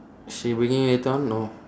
she bringing later on no